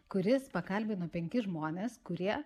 kuris pakalbino penkis žmones kurie